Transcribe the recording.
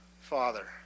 Father